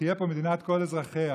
שתהיה פה מדינת כל אזרחיה.